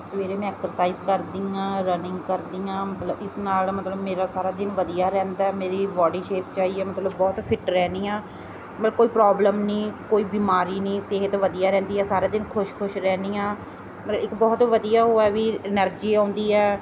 ਸਵੇਰੇ ਮੈਂ ਐਕਸਰਸਾਈਜ਼ ਕਰਦੀ ਹਾਂ ਰਨਿੰਗ ਕਰਦੀ ਹਾਂ ਮਤਲਬ ਇਸ ਨਾਲ ਮਤਲਬ ਮੇਰਾ ਸਾਰਾ ਦਿਨ ਵਧੀਆ ਰਹਿੰਦਾ ਆ ਮੇਰੀ ਬਾਡੀ ਸ਼ੇਪ 'ਚ ਆਈ ਹੈ ਮਤਲਬ ਬਹੁਤ ਫਿੱਟ ਰਹਿੰਦੀ ਹਾਂ ਮਤਲਬ ਕੋਈ ਪ੍ਰੋਬਲਮ ਨਹੀਂ ਕੋਈ ਬਿਮਾਰੀ ਨਹੀਂ ਸਿਹਤ ਵਧੀਆ ਰਹਿੰਦੀ ਹੈ ਸਾਰਾ ਦਿਨ ਖੁਸ਼ ਖੁਸ਼ ਰਹਿੰਦੀ ਹਾਂ ਮਤਲਬ ਇੱਕ ਬਹੁਤ ਵਧੀਆ ਉਹ ਹੈ ਵੀ ਐਨਰਜੀ ਆਉਂਦੀ ਆ